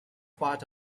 part